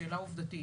שאלה עובדתית,